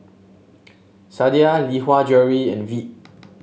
Sadia Lee Hwa Jewellery and Veet